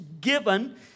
given